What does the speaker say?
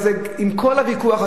עם כל הוויכוח הזה,